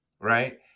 right